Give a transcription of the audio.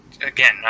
again